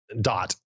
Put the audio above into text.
dot